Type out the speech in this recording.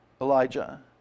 Elijah